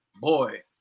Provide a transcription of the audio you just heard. boy